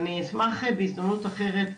ואני אשמח בהזדמנות אחרת,